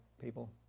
people